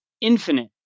infinite